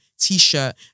T-shirt